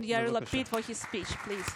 בבקשה.